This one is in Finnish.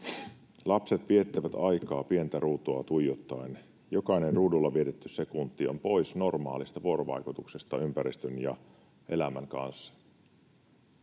Lapset viettävät aikaa pientä ruutua tuijottaen. Jokainen ruudulla vietetty sekunti on pois normaalista vuorovaikutuksesta ympäristön ja elämän kanssa,